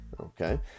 okay